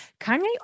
Kanye